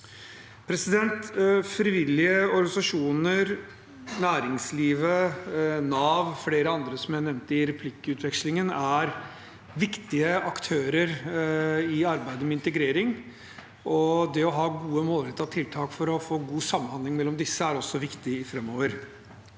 Frivillige organisasjoner, næringslivet, Nav og flere andre som jeg nevnte i replikkvekslingen, er viktige aktører i arbeidet med integrering, og det å ha gode, målrettede tiltak for å få god samhandling mellom disse er også viktig framover.